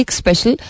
special